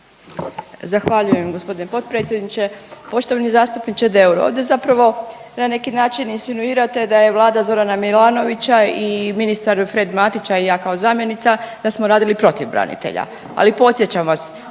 Zahvaljujem gospodina potpredsjedniče. Poštovani zastupniče Deur ovdje zapravo na neki način insinuirate da je vlada Zorana Milanovića i ministar Fred Matić, a i ja kao zamjenica da smo radili protiv branitelja. Ali podsjećam vas